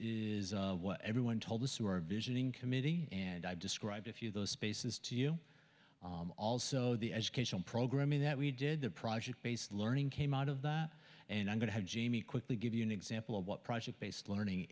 is what everyone told us who were visioning committee and i've described a few of those spaces to you also the educational programming that we did the project based learning came out of that and i'm going to jamie quickly give you an example of what project based learning